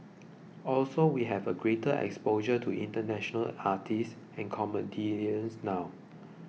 also we have a greater exposure to international artists and comedians now